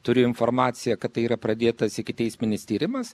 turi informaciją kad tai yra pradėtas ikiteisminis tyrimas